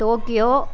Tokyo